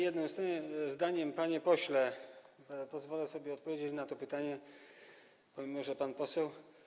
Jednym zdaniem, panie pośle, pozwolę sobie odpowiedzieć na to pytanie, pomimo że pan poseł.